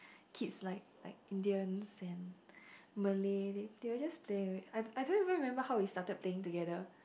kids like like Indian Sand Malay they they will just play with it I I don't even remember how we started playing together